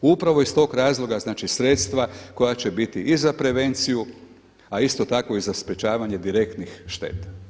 Upravo iz tog razloga, znači, sredstva koja će biti i za prevenciju, a isto tako i za sprječavanje direktnih šteta.